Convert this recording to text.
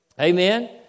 Amen